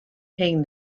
paying